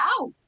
out